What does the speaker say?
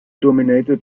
dominated